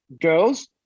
girls